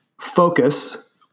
focus